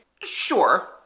Sure